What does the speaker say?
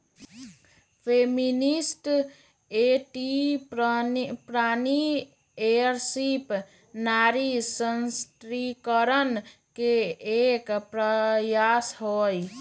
feminist entrepreneurship नारी सशक्तिकरण के एक प्रयास हई